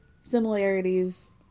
similarities